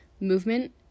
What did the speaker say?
Movement